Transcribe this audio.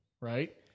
right